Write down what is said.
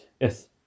yes